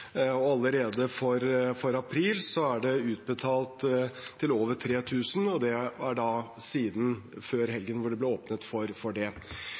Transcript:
og allerede for april er det utbetalt til over 3 000, og det er siden før helgen, da det ble åpnet for det.